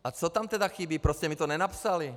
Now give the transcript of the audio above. A co tam tedy chybí, proč jste mi to nenapsali?